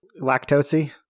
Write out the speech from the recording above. Lactosey